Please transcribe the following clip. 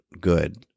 good